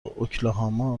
اوکلاهاما